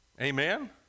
Amen